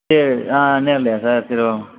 சரி ஆ நேர்லேயா சார் சரி ஓகே